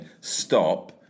stop